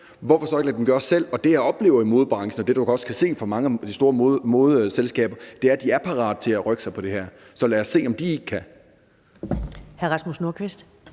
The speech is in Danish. hvorfor så ikke lade dem gøre det selv? Det, jeg oplever i modebranchen, og det, du netop også kan se i mange af de store modeselskaber, er, at de er parate til at rykke sig på det her. Så lad os se, om de ikke kan